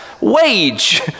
wage